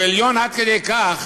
הוא עליון עד כדי כך